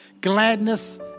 gladness